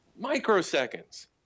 microseconds